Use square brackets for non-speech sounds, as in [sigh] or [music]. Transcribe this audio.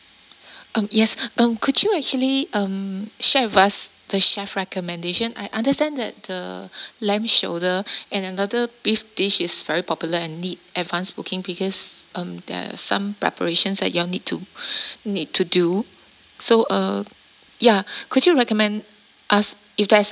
um yes um could you actually um share with us the chef recommendation I understand that the lamb shoulder and another beef dish is very popular and need advance booking because um there're some preparations that you all need to [breath] need to do so uh ya could you recommend us if there's